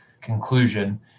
conclusion